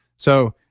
so,